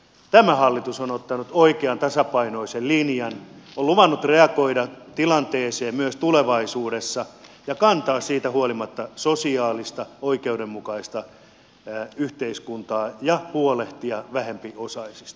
tämä hallitus on ottanut oikean tasapainoisen linjan on luvannut reagoida tilanteeseen myös tulevaisuudessa ja kantaa siitä huolimatta huolta sosiaalisesta oikeudenmukaisesta yhteiskunnasta ja huolehtia vähempiosaisista